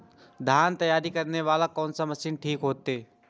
धान तैयारी करे वाला कोन मशीन ठीक होते?